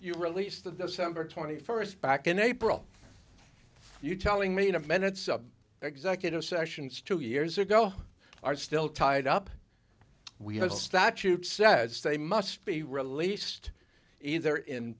you released the december twenty first back in april you telling me in a minute executive sessions two years ago are still tied up we have statutes sad state must be released either in